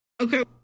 Okay